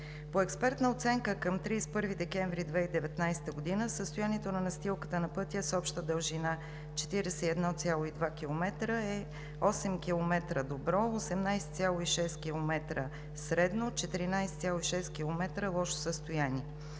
По експертна оценка към 31 декември 2019 г. състоянието на настилката на пътя с обща дължина 41,2 км е: 8 км – добро, 18,6 км – средно, 14,6 км – лошо състояние.